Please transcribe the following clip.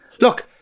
Look